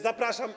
Zapraszam.